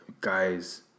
guys